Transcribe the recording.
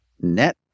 net